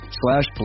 slash